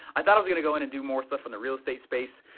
i thought i was going to go in and do more stuff on the real estate space.